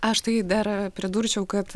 aš tai dar pridurčiau kad